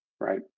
Right